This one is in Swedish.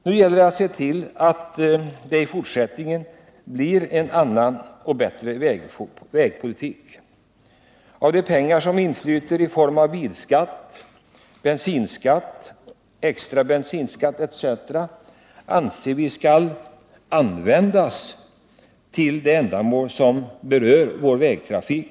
Nu gäller det att se till att det i fortsättningen blir en annan och bättre vägpolitik. De pengar som inflyter i form av bilskatt, bensinskatt, extra bensinskatt m.m. anser vi skall användas till ändamål som har att göra med vår vägtrafik.